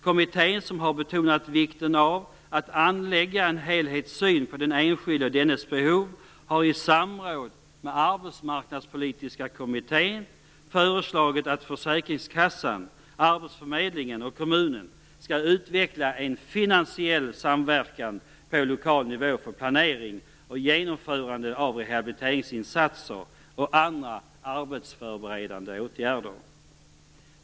Kommittén, som har betonat vikten av att anlägga en helhetssyn på den enskilde och dennes behov, har i samråd med Arbetsmarknadspolitiska kommittén föreslagit att försäkringskassan, arbetsförmedlingen och kommunen skall utveckla en finansiell samverkan på lokal nivå för planering och genomförande av rehabiliteringsinsatser och andra arbetsförberedande åtgärder.